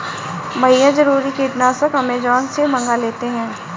भैया जरूरी कीटनाशक अमेजॉन से मंगा लेते हैं